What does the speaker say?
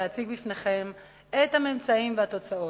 אציג את הממצאים והתוצאות.